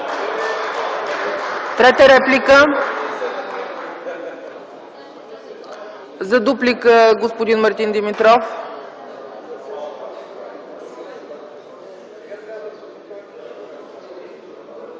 Трета реплика? Няма. За дуплика – господин Мартин Димитров.